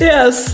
Yes